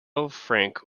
frank